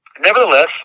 nevertheless